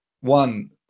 one